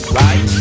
right